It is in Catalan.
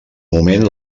moment